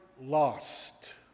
lost